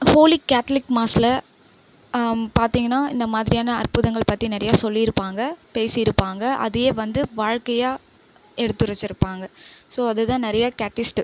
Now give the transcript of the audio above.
folic Catholic மாஸில் பார்த்திங்கன்னா இந்த மாதிரியான அற்புதங்கள் பற்றி நிறைய சொல்லி இருப்பாங்க பேசியிருப்பாங்க அதே வந்து வாழ்க்கையா எடுத்துரைத்திருப்பாங்க ஸோ அதுதான் நிறைய கேட்டிஸ்ட்டு